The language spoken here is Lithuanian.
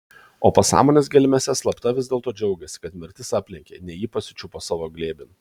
o pasąmonės gelmėse slapta vis dėlto džiaugėsi kad mirtis aplenkė ne jį pasičiupo savo glėbin